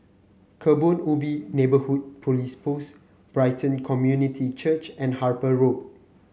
Kebun Ubi Neighbourhood Police Post Brighton Community Church and Harper Road